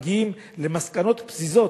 מגיעים למסקנות פזיזות.